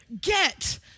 get